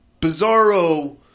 bizarro